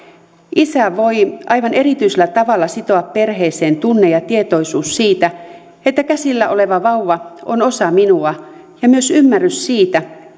isän voi aivan erityisellä tavalla sitoa perheeseen tunne ja tietoisuus siitä että käsillä oleva vauva on osa minua ja myös ymmärrys siitä